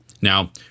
Now